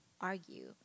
argue